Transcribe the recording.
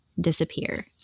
disappear